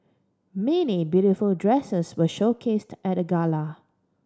many beautiful dresses were showcased at the gala